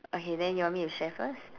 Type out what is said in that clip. okay then you want me to share first